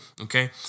Okay